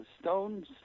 stones